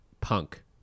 punk